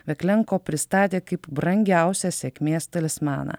veklenko pristatė kaip brangiausią sėkmės talismaną